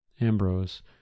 Ambrose